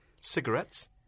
Cigarettes